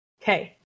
Okay